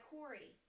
Corey